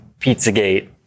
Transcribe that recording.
Pizzagate